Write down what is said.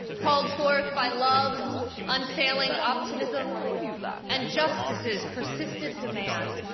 called forth by love's unfailing optimism and justice's persistent demand,